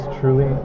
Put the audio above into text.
truly